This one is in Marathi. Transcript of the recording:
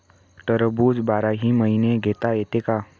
टरबूज बाराही महिने घेता येते का?